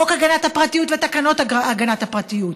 חוק הגנת הפרטיות ותקנות הגנת הפרטיות,